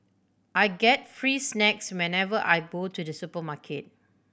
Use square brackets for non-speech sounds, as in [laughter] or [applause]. I get free snacks whenever I [unintelligible] to the supermarket